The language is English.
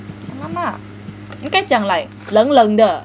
!alamak! 你应该讲冷冷的